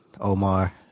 Omar